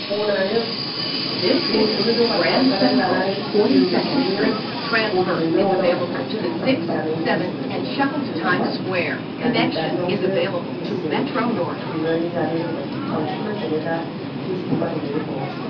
बनखौनो जगार खालामखाना लानानै जों बेजोंनो बनजोंनो अरदाबाव संबाय थायै थायै जानाय मानसिमोन जोङो गोदोनिफ्रायनो दानियावसो गेसजों संनानै जानो रोंबाय बांसिन मानसियानो दा गेसखौ बाहायनो रोंबावासो